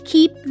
Keep